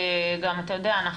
אתה יודע,